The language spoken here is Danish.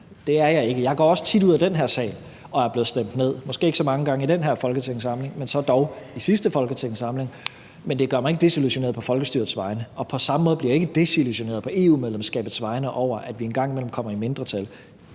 det er jeg ikke. Jeg går også tit ud af den her sal og er blevet stemt ned. Måske ikke så mange gange i den her folketingssamling, men så dog i sidste folketingssamling, men det gør mig ikke desillusioneret på folkestyrets vegne, og på samme måde bliver jeg ikke desillusioneret på EU-medlemskabets vegne over, at vi en gang imellem kommer i mindretal.